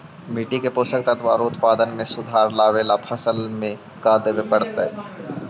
मिट्टी के पोषक तत्त्व और उत्पादन में सुधार लावे ला फसल में का देबे पड़तै तै?